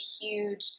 huge